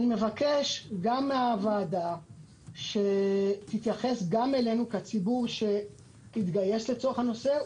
אני מבקש מן הוועדה שתתייחס גם אלינו כציבור שהתגייס לצורך הנושא,